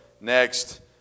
next